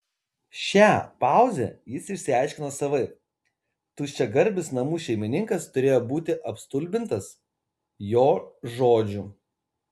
šią pauzę jis išsiaiškino savaip tuščiagarbis namų šeimininkas turėjo būti apstulbintas jo žodžių